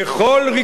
לא יודעים.